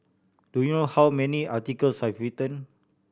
do you know how many articles I've written